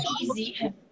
easy